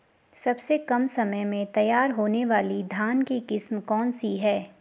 सबसे कम समय में तैयार होने वाली धान की किस्म कौन सी है?